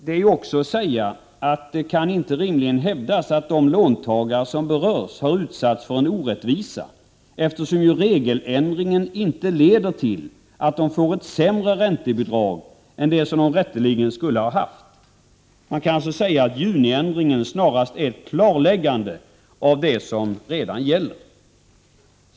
Det är också att säga att det kan inte rimligen hävdas att de låntagare som berörs har utsatts för en orättvisa, eftersom regeländringen inte leder till att de får ett sämre räntebidrag än det som de rätteligen skulle ha haft. Man kan alltså säga att juniändringen snarast är ett klarläggande av det som redan gäller.